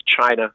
China